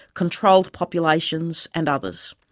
controlled populations and others.